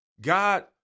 God